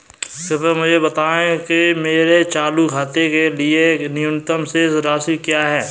कृपया मुझे बताएं कि मेरे चालू खाते के लिए न्यूनतम शेष राशि क्या है?